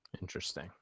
interesting